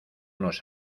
nos